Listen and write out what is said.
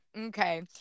Okay